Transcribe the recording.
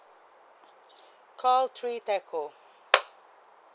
call three telco